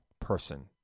person